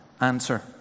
answer